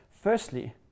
Firstly